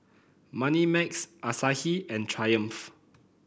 Moneymax Asahi and Triumph